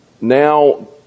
now